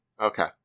Okay